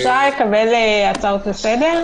אפשר לקבל הצעות לסדר?